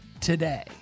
today